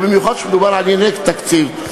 ובמיוחד כשמדובר על ענייני תקציב.